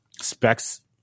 Specs